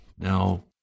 Now